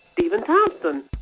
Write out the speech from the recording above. stephen thompson.